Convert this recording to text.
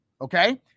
Okay